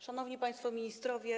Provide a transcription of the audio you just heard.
Szanowni Państwo Ministrowie!